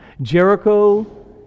Jericho